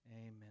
amen